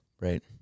right